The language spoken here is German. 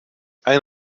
ein